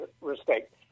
respect